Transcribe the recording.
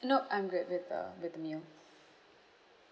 nope I'm good with the with the meal